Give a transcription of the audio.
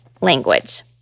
language